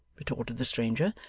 retorted the stranger,